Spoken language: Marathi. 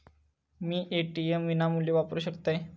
मी ए.टी.एम विनामूल्य वापरू शकतय?